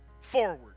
forward